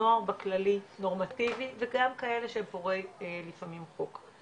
נוער בכללי, נורמטיבי וגם כאלה שפורעי לפעמים חוק.